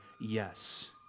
yes